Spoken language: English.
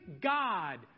God